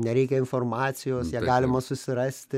nereikia informacijos ją galima susirasti